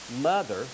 mother